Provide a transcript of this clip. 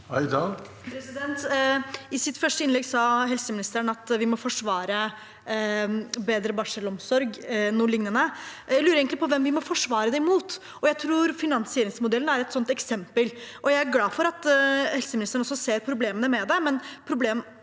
I sitt første innlegg sa helseministeren at vi må forsvare og bedre barselomsorgen. Jeg lurer egentlig på hvem vi må forsvare den mot. Jeg tror finansieringsmodellen er et eksempel. Jeg er glad for at helseministeren ser problemene med det,